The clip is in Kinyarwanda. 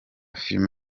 film